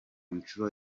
nshuro